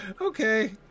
Okay